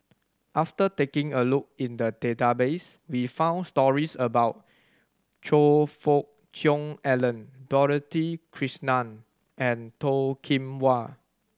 after taking a look in the database we found stories about Choe Fook Cheong Alan Dorothy Krishnan and Toh Kim Hwa